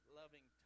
loving